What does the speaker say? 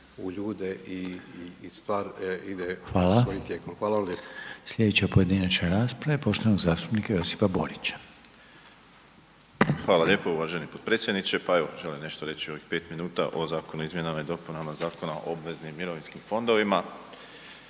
lijepo. **Reiner, Željko (HDZ)** Sljedeća pojedinačna rasprava je poštovanog zastupnika Josipa Borića. **Borić, Josip (HDZ)** Hvala lijepo uvaženi potpredsjedniče. Pa evo, želim nešto reći u ovih 5 minuta o Zakonu o izmjenama i dopunama Zakona o obveznim mirovinskim fondovima